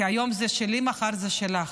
כי היום זה שליף ומחר זה שלך.